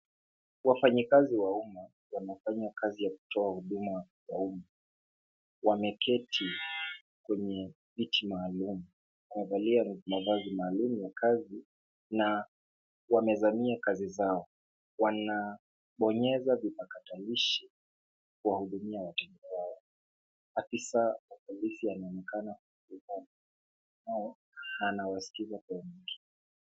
Wafanyikazi wa umma wanafanya kazi ya kutoa huduma ya umma. Wameketi kwenye viti maalum ,wamevalia mavazi maalum ya kazi na wamezamia kazi zao. Wanabonyeza vipatakalishi kuwahudumia wateja wao. Afisa wa polisi anaonekana anawasikiza kwa umakini.